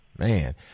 Man